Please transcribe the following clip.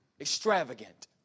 extravagant